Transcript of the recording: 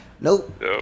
Nope